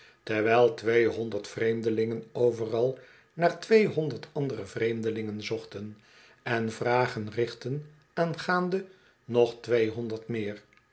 terwijl tweehonderd vreemdelingen overal naar tweehonderd andere vreemdelingen zochten en vragen richtten aangaande nog tweehonderd meer